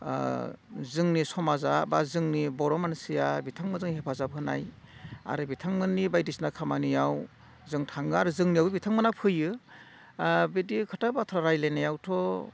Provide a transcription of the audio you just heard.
जोंनि समाजा बा जोंनि बर' मानसिया बिथांमोनजों हेफाजाब होनाय आरो बिथांमोननि बायदिसिना खामानियाव जों थाङो आरो जोंनियावबो बिथांमोन फैयो बिदि खोथा बाथ्रा रायज्लायनायावथ'